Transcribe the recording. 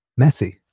Messi